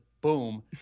boom